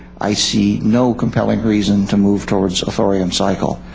i see no compelling reason to move towards a thorium cycle.